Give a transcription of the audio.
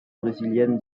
brésilienne